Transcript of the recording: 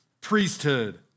Priesthood